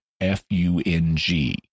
F-U-N-G